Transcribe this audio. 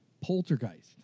Poltergeist